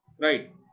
Right